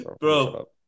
Bro